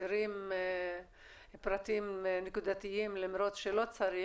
חסרים פרטים נקודתיים למרות שלא צריך.